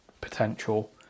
potential